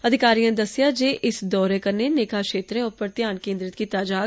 अधिकारिएं दस्सेआ जे इस दौरे कन्नै नेकां क्षेत्रें उप्पर ध्यान केन्द्रित कीता जाग